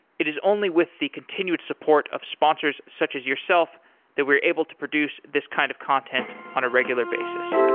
it is only with the continued support of sponsors such as yourself that we're able to produce this kind of content on a regular basis